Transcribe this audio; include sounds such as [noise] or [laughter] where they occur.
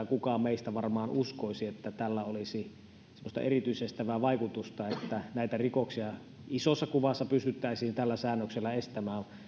[unintelligible] kukaan meistä sitä varmaan uskoisi että tällä olisi semmoista erityisestävää vaikutusta että näitä rikoksia isossa kuvassa pystyttäisiin tällä säännöksellä estämään